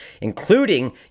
including